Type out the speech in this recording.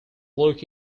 look